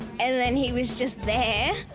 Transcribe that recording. and then he was just there.